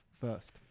first